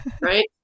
right